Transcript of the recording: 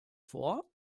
vor